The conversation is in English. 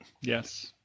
Yes